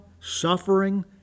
suffering